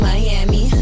Miami